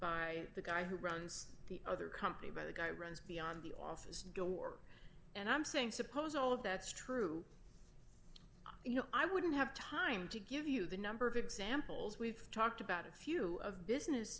by the guy who runs the other company but the guy runs beyond the office door and i'm saying suppose all of that's true you know i wouldn't have time to give you the number of examples we've talked about a few of business